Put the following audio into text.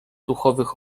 duchowych